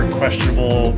questionable